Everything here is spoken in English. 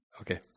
Okay